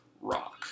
rock